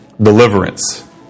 deliverance